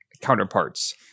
counterparts